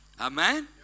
Amen